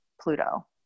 Pluto